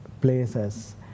places